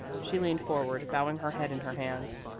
she leaned forward, bowing her head in her hands.